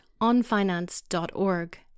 onfinance.org